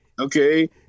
okay